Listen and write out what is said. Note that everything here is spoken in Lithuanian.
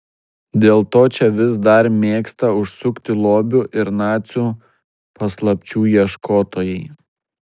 dėl to čia vis dar mėgsta užsukti lobių ir nacių paslapčių ieškotojai